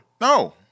No